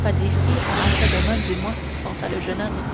pas d'ici à après-demain du moins pensa le jeune homme